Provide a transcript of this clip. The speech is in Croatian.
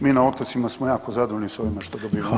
Mi na otocima smo jako zadovoljni sa ovime što dobivamo.